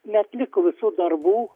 neatliko visų darbų